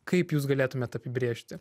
kaip jūs galėtumėt apibrėžti